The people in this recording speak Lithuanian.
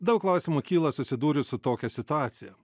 daug klausimų kyla susidūrus su tokia situacija